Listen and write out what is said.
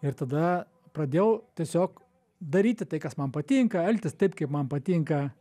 ir tada pradėjau tiesiog daryti tai kas man patinka elgtis taip kaip man patinka